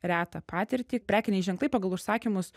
retą patirtį prekiniai ženklai pagal užsakymus